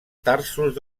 tarsos